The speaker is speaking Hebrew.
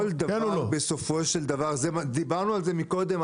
כל דבר בסופו של דבר דיברנו על זה מקודם,